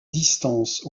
distance